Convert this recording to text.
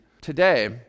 today